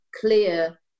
clear